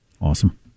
Awesome